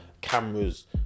cameras